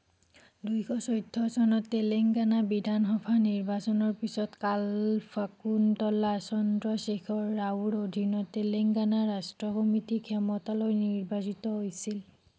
দুশ চৈধ্য চনত তেলেংগানা বিধান সভা নিৰ্বাচনৰ পিছত কালভাকুন্তলা চন্দ্ৰশেখৰ ৰাওৰ অধীনত তেলেংগানা ৰাষ্ট্ৰ সমিতি ক্ষমতালৈ নিৰ্বাচিত হৈছিল